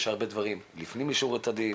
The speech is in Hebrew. יש הרבה דברים לפנים משורות הדין.